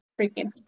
freaking